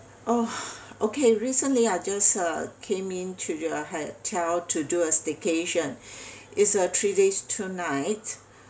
oh okay recently I just uh came in to your hotel to do a staycation is a three days two night